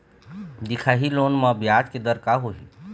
दिखाही लोन म ब्याज के दर का होही?